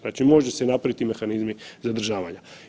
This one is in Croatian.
Znači može se napraviti ti mehanizmi zadržavanja.